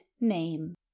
name